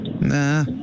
Nah